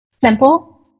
Simple